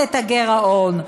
שלמעשה רוצים להעלות את הגירעון,